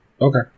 Okay